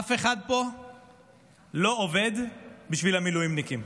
אף אחד פה לא עובד בשביל המילואימניקים,